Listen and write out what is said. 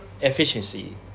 efficiency